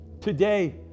today